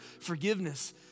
forgiveness